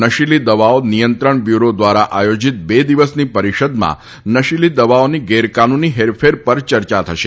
નશીલી દવાઓ નિયંત્રણ બ્યૂરો દ્વારા આયોજીત બે દિવસની પરિષદમાં નશીલી દવાઓની ગેરકાનૂની હેરફેર પર ચર્ચા થશે